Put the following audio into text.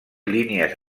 línies